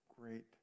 great